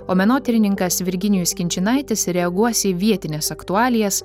o menotyrininkas virginijus kinčinaitis reaguos į vietines aktualijas